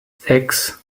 sechs